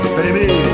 baby